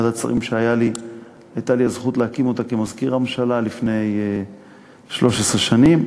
ועדת שרים שהייתה לי הזכות להקים אותה כמזכיר הממשלה לפני 13 שנים,